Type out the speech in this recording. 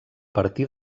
partir